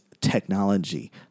technology